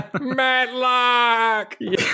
matlock